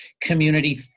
community